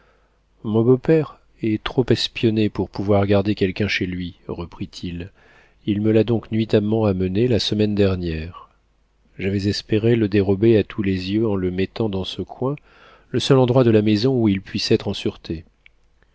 mon beau-père est trop espionné pour pouvoir garder quelqu'un chez lui reprit-il il me l'a donc nuitamment amené la semaine dernière j'avais espéré le dérober à tous les yeux en le mettant dans ce coin le seul endroit de la maison où il puisse être en sûreté